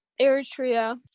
Eritrea